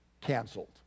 canceled